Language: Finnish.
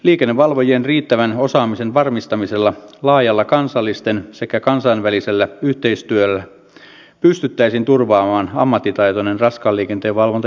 liikennevalvojien riittävän osaamisen varmistamisella laajalla kansallisella sekä kansainvälisellä yhteistyöllä pystyttäisiin turvaamaan ammattitaitoinen raskaan liikenteen valvonta jatkossakin